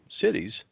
cities